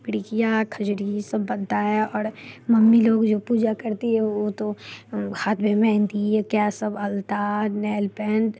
फिरकियाँ खजूरी सब बनता है और मम्मी लोग जो पूजा करती हैं वो तो हाथ में मेहंदी ये क्या सब आल्ता नैल पैंट